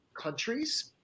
countries